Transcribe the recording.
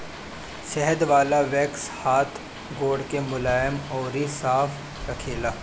शहद वाला वैक्स हाथ गोड़ के मुलायम अउरी साफ़ रखेला